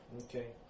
Okay